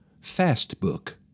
Fastbook